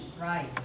right